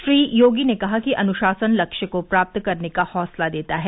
श्री योगी ने कहा कि अनुशासन लक्ष्य को प्राप्त करने का हौसला देता है